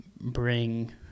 bring